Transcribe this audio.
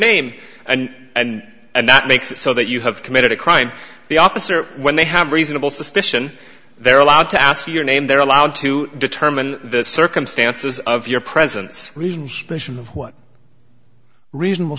name and and and that makes it so that you have committed a crime the officer when they have reasonable suspicion they're allowed to ask you your name they're allowed to determine the circumstances of your presence reasons mention of what reasonable